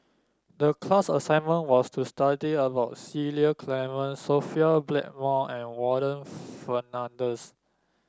the class assignment was to study about Cecil Clementi Sophia Blackmore and Warren Fernandez